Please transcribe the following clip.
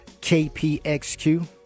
KPXQ